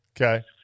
Okay